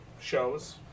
shows